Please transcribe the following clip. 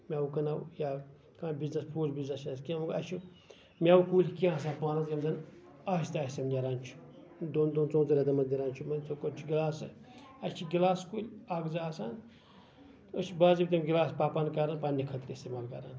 میوٕ کٕنو یا کانہہ بِزنِس فروٗٹ بِزِنِس چھ اَسہِ کیٚنٛہہ وۄنۍ گوٚو اَسہِ چھِ میوٕ کُلۍ کیٚنٛہہ آسان پانَس یِم زَن آسہِ نیران چھُ دۄن دۄن ژۄن ژۄن ہَتن اَسہِ چھِ گِلاس کُلۍ اکھ زٕ آسان اَسہِ باضٲبطہٕ گِلاس پَپان کران پَنٕنہِ خٲطرٕ اِستعمال کران